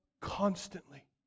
constantly